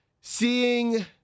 Seeing